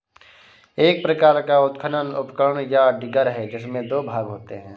एक प्रकार का उत्खनन उपकरण, या डिगर है, जिसमें दो भाग होते है